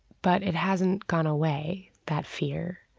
but it hasn't gone away, that fear.